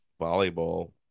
volleyball